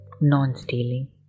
non-stealing